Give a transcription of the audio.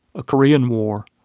korean war,